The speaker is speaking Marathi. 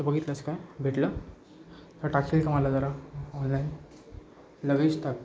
बघितलंस काय भेटलं तर टाकशील का मला जरा ऑनलाईन लगेच टाक